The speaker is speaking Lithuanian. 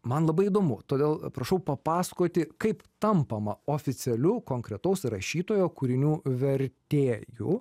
man labai įdomu todėl prašau papasakoti kaip tampama oficialiu konkretaus rašytojo kūrinių vertėju